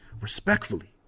respectfully